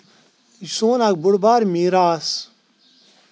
یہِ چھُ سون اکھ بوٚڑ بارٕ میٖراث